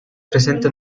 presenta